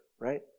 right